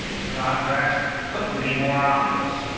the contrast couldn't be more obvious.